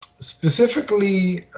specifically